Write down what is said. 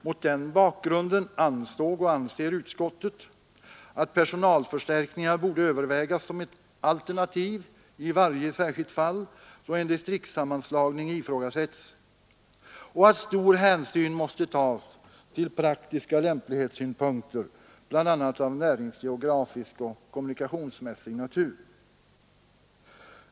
Mot den bakgrunden ansåg — och anser — utskottet att personalförstärkningar borde övervägas som ett alternativ i varje särskilt fall då en distriktssammanslagning ifrågasätts och att stor hänsyn måste tas till praktiska lämplighetssynpunkter, bl.a. av näringsgeografisk och kommunikationsmässig natur.